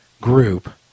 group